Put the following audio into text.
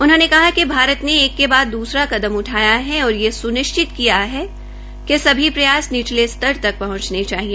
उन्होंने कहा कि भारत ने एक के बाद दुसरा कदम उठाया है और यह सुनिश्चित किया है कि सभी प्रयास निचले स्तर तक पहंचने चाहिए